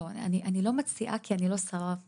לא, אני לא מציעה כי אני לא שרה ולא חברת כנסת.